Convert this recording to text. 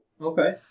okay